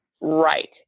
Right